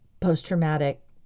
post-traumatic